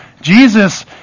Jesus